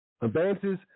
Advances